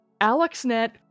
AlexNet